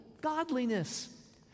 godliness